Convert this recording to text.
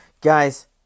Guys